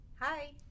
Hi